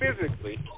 physically